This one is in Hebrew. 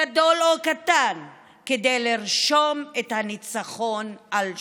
גדול או קטן, כדי לרשום את הניצחון על שמו.